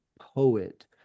poet